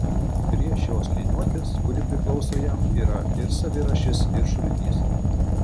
prie tos liniuotės kuri priklauso jam yra ir savirašis ir šulinys